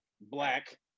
black